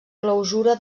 clausura